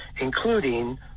including